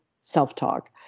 self-talk